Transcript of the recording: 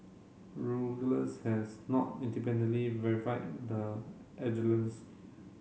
has not independently verified the